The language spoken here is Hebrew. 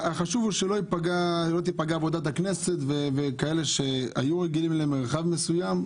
החשוב הוא שלא תיפגע עבודת הכנסת וכאלה שהיו רגילים למרחב מסוים,